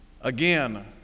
Again